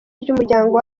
ry’umuryango